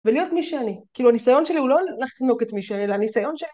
ולהיות מי שאני, כאילו הניסיון שלי הוא לא לחנוק את מי שאני, אלא הניסיון שלי...